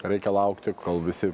reikia laukti kol visi